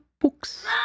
books